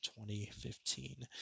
2015